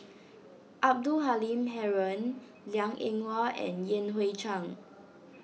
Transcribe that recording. Abdul Halim Haron Liang Eng Hwa and Yan Hui Chang